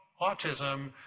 autism